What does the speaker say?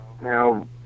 Now